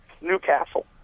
Newcastle